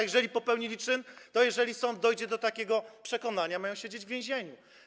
Jeżeli popełnili czyn, to jeżeli sąd dojdzie do takiego przekonania, mają siedzieć w więzieniu.